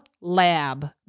Lab